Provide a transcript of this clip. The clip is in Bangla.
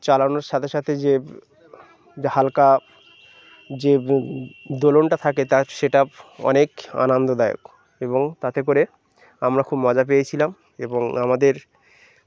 চালানোর সাথে সাথে যে হালকা যে দোলনটা থাকে তার সেটা অনেক আনান্দদায়ক এবং তাতে করে আমরা খুব মজা পেয়েছিলাম এবং আমাদের